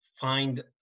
find